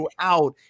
throughout